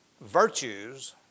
virtues